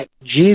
Jesus